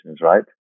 right